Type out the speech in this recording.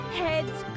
heads